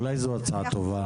אולי זו הצעה טובה?